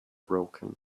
broken